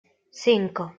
cinco